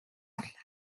авлаа